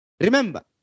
Remember